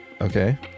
Okay